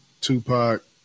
Tupac